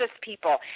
people